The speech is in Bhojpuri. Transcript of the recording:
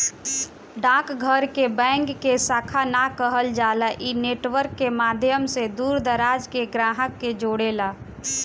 डाक घर के बैंक के शाखा ना कहल जाला इ नेटवर्क के माध्यम से दूर दराज के ग्राहक के जोड़ेला